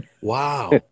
Wow